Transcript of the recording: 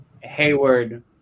Hayward